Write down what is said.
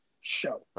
Show